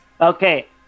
Okay